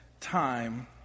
time